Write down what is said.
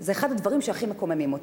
זה אחד הדברים שהכי מקוממים אותי.